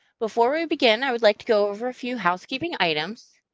before we begin, i would like to go over a few housekeeping items.